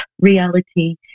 reality